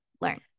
learn